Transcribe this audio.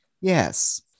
Yes